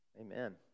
Amen